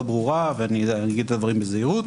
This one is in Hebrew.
ברורה ואני אומר את הדברים בזהירות.